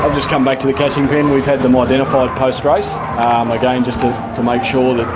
ah just come back to the catching pen. we've had them identified post-race again just to make sure